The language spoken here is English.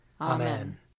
Amen